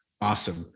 Awesome